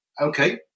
Okay